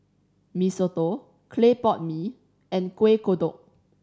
Mee Soto clay pot mee and Kuih Kodok